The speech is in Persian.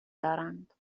دارند